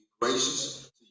gracious